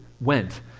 went